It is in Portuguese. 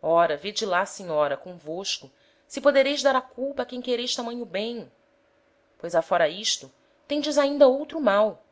ora vede lá senhora convosco se podereis dar a culpa a quem quereis tamanho bem pois afóra isto tendes ainda outro mal